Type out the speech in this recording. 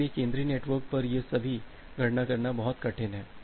इसलिए केंद्रीय नेटवर्क पर यह सभी गणना करना बहुत कठिन है